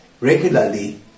regularly